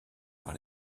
par